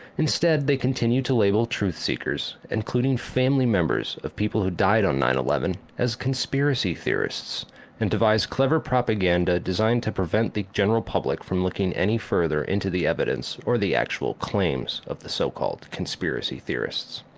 instead they continue to label truth seekers including family members of people who died on nine eleven as conspiracy theorists and devise clever propaganda, designed to prevent the general public from looking any further into the evidence or the actual claims of these so called conspiracy theorists,